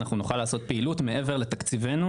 אנחנו נוכל לעשות פעילות מעבר לתקציבנו